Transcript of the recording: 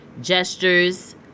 gestures